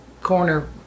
corner